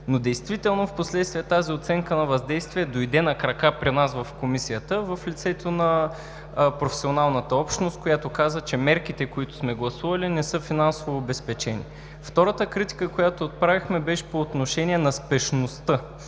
Но действително впоследствие тази оценка на въздействие дойде на крака при нас в Комисията в лицето на професионалната общност, която каза, че мерките, които сме гласували, не са финансово обезпечени. Втората критика, която отправихме, беше по отношение на спешността,